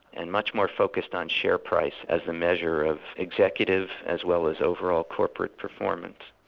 and much more focused on share price as the measure of executives as well as overall corporate performance.